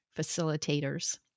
facilitators